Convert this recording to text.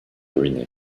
ruiné